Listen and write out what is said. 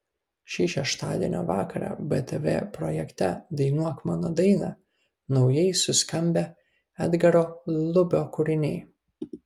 šį šeštadienio vakarą btv projekte dainuok mano dainą naujai suskambę edgaro lubio kūriniai